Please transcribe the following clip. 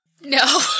No